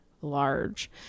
large